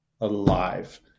alive